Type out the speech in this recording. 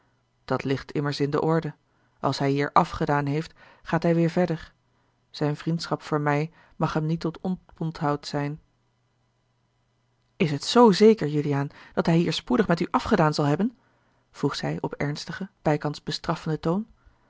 dat ligt immers in de orde als hij hier afgedaan heeft gaat hij weêr verder zijne vriendschap voor mij mag hem niet tot oponthoud zijn is het zoo zeker juliaan dat hij hier spoedig met u afgedaan zal hebben vroeg zij op ernstigen bijkans bestraffenden toon